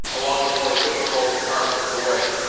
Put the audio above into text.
along the more difficult parts of the way.